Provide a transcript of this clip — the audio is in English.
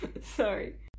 Sorry